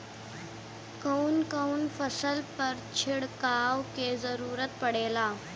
कवन कवन फसल पर छिड़काव के जरूरत पड़ेला?